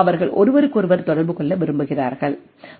அவர்கள் ஒருவருக்கொருவர் தொடர்பு கொள்ள விரும்புகிறார்கள்